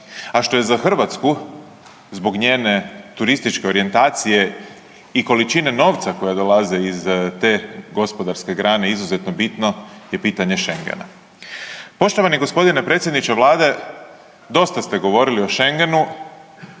a što je za Hrvatsku, zbog njene turističke orijentacije i količine novca koja dolaze iz te gospodarske grane izuzetno bitno je pitanje Šengena. Poštovani g. predsjedniče vlade dosta ste govorili o Šengenu,